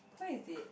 where is it